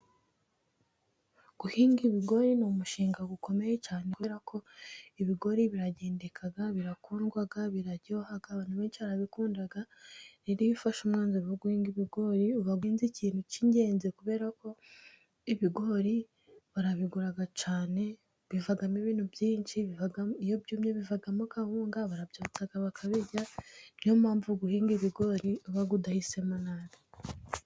Guhinga ibigori ni umushinga ukomeye cyane, kubera ko ibigori biragendeka, birakundwa biraryoha abantu benshi barabikunda, rero iyo ufashe umwanzuro wo guhinga ibigori uba uhinze ikintu k'ingenzi. Kubera ko ibigori barabigura cyane bivamamo ibintu byinshi iyo byumye. Bivamo kawunga, barabyotsa bakabirya, niyo mpamvu guhinga ibigori uba udahisemo nabi.